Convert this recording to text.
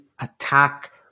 attack